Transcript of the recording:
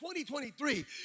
2023